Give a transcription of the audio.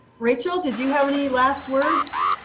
rachael, did you have any last words.